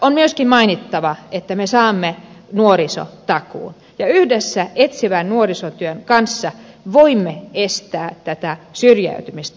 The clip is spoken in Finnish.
on myöskin mainittava että me saamme nuorisotakuun ja yhdessä etsivän nuorisotyön kanssa voimme estää syrjäytymistä